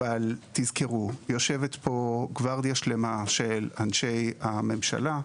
אבל תזכרו: יושבת פה גוורדיה שלמה של אנשי הממשלה;